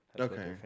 Okay